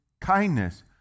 kindness